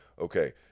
okay